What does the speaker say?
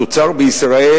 התוצר בישראל,